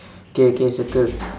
K K circle